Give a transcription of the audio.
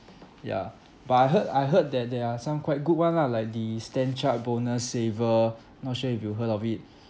ya but I heard I heard that there are some quite good one lah like the stand chart bonus saver not sure if you've heard of it